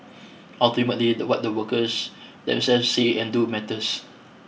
ultimately that what the workers themselves say and do matters